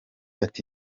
ati